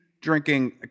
drinking